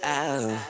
out